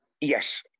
Yes